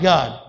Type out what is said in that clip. God